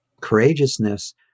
Courageousness